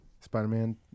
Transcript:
Spider-Man